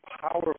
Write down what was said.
powerful